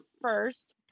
first